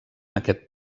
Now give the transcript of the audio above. aquest